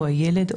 הילד,